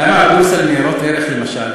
למה לא תעבור, למשל,